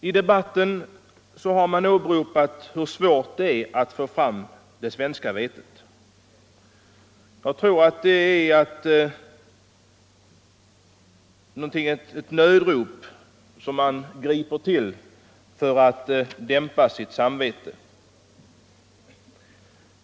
I debatten har man åberopat hur svårt det är att få fram det svenska vetet. Jag tror att det är ett nödrop som man utbrister i för att dämpa sitt samvete.